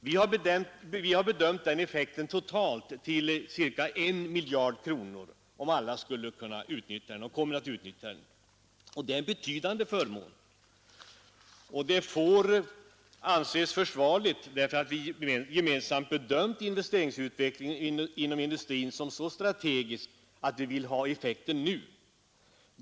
Vi har bedömt den effekten totalt till ca 1 miljard kronor, om alla kan och vill utnyttja möjligheten, och det är en betydande förmån. Åtgärden att höja avdraget får anses försvarlig, därför att vi gemensamt bedömt investeringsutvecklingen inom industrin som så strategisk att vi vill ha effekten nu.